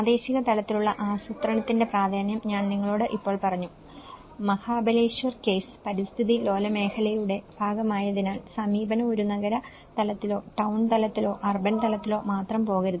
പ്രാദേശിക തലത്തിലുള്ള ആസൂത്രണത്തിന്റെ പ്രാധാന്യം ഞാൻ നിങ്ങളോട് ഇപ്പോൾ പറഞ്ഞു മഹാബലേശ്വർ കേസ്Mahabaleshwar case പരിസ്ഥിതി ലോല മേഖലയുടെ ഭാഗമായതിനാൽ സമീപനം ഒരു നഗര തലത്തിലോ ടൌൺ തലത്തിലോ അർബൻ തലത്തിലോ മാത്രം പോകരുത്